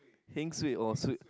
heng suay or suay